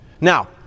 Now